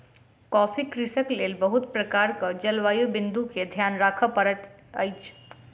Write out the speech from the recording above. coffee कृषिक लेल बहुत प्रकारक जलवायु बिंदु के ध्यान राखअ पड़ैत अछि